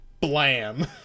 Blam